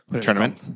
tournament